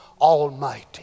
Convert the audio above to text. almighty